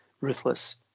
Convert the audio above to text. ruthless